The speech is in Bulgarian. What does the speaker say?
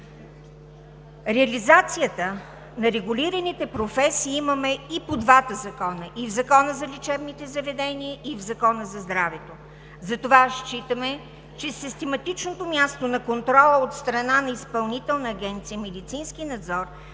Реализацията на регулираните професии имаме и по двата закона – и в Закона за лечебните заведения, и в Закона за здравето. Затова считаме, че систематичното място на контрола от страна на Изпълнителна агенция „Медицински надзор“